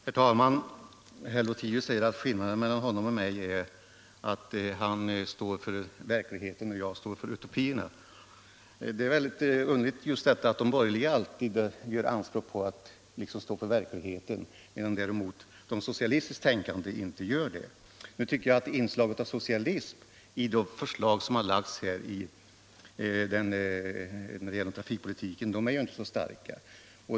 Herr talman! Herr Lothigius säger att skillnaden meHan honom och mig är att herr Lothigius står för verkligheten och jag för utopierna. Det är väldigt underligt att de borgerliga alltid gör anspråk på att stå för verkligheten, medan de socialistiskt tänkande inte skulle göra det. Nu tycker jag emellertid att inslagen av socialism i de förslag som har lagts när det gäller trafikpolitiken inte är så starka.